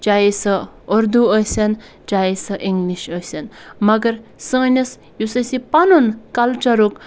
چاہے سُہ اردو ٲسِنۍ چاہے سُہ اِنٛگلِش ٲسِنۍ مگر سٲنِس یُس أسۍ یہِ پَنُن کَلچَرُک